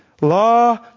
Law